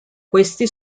questi